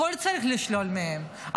הכול צריך לשלוח מהם.